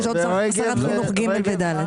יש עוד שר חינוך ג' ו-ד'.